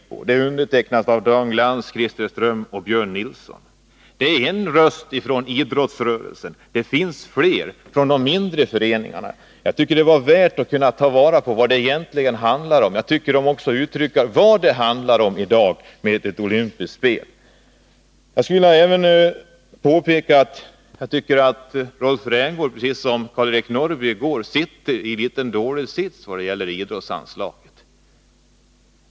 Det telegram som jag här refererat är undertecknat av Dan Glans, Christer Ström och Björn Nilsson. Det är en röst från idrottsrörelsen. Det finns fler, från de mindre föreningarna. Jag tycker de uttrycker bra vad det i dag handlar om när man diskuterar ett olympiskt spel. Jag skulle även vilja påpeka att jag tycker att Rolf Rämgård, precis som Karl-Eric Norrby i går, har en dålig sits när det gäller idrottsanslaget.